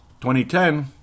2010